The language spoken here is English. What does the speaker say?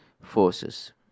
forces